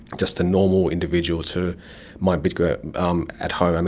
just the normal individual to mine bitcoin um at home.